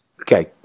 Okay